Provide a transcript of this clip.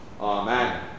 Amen